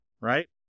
right